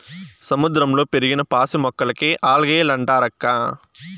సముద్రంలో పెరిగిన పాసి మొక్కలకే ఆల్గే లంటారక్కా